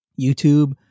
YouTube